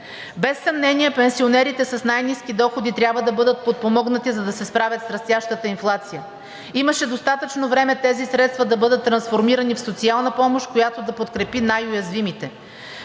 Без съмнение пенсионерите с най-ниски доходи трябва да бъдат подпомогнати, за да се справят с растящата инфлация. Имаше достатъчно време тези средства да бъдат трансформирани в социална помощ, която да подкрепи най-уязвимите.